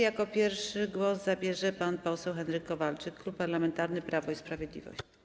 Jako pierwszy głos zabierze pan poseł Henryk Kowalczyk, Klub Parlamentarny Prawo i Sprawiedliwość.